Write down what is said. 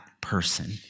person